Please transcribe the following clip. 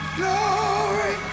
glory